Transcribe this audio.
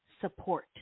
support